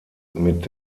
mit